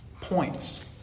points